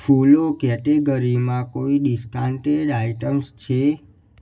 ફૂલો કેટેગરીમાં કોઈ ડિસ્કાન્ટેડ આઇટમ્સ છે